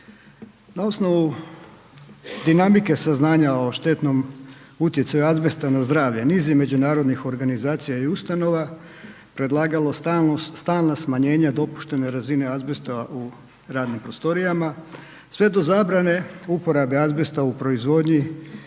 Na osnovu dinamike saznanja o štetnom utjecaju azbesta na zdravlje, niz je međunarodnih organizacija i ustanova predlagalo stalna smanjenja dopuštene razine azbesta u radnim prostorijama sve do zabrane uporabe azbesta u proizvodnji